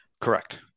Correct